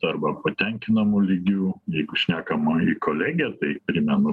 arba patenkinamu lygiu jeigu šnekam į kolegiją tai primenu